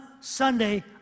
Sunday